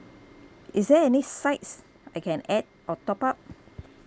is there any sides I can add or top up